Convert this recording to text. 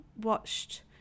watched